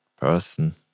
person